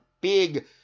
big